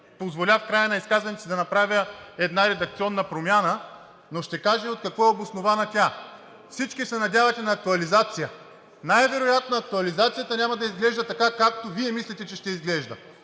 позволя в края на изказването си да направя една редакционна промяна, но ще кажа и от какво е обоснована тя. Всички се надявате на актуализация. Най-вероятно актуализацията няма да изглежда така, както Вие мислите, че ще изглежда.